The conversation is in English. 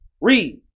Read